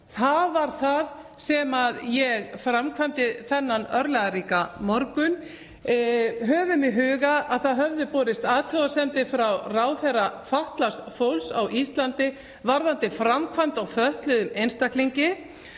Það var það sem ég framkvæmdi þennan örlagaríka morgun. Höfum í huga að það höfðu borist athugasemdir frá ráðherra fatlaðs fólks á Íslandi varðandi framkvæmd gagnvart fötluðum einstaklingi